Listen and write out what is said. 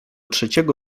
trzeciego